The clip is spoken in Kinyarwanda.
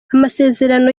amasezerano